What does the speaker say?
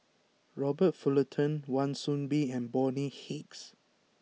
Robert Fullerton Wan Soon Bee and Bonny Hicks